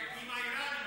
עם האיראנים.